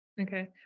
Okay